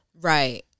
Right